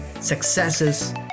successes